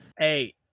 Eight